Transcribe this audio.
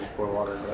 pour water